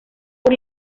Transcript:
por